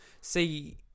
see